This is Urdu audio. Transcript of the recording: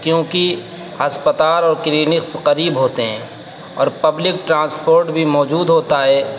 کیونکہ ہسپتال اور کلینکس قریب ہوتے ہیں اور پبلک ٹرانسپوٹ بھی موجود ہوتا ہے